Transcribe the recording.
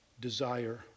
desire